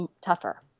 tougher